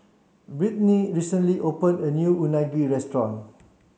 Brittny recently opened a new Unagi restaurant